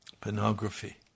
pornography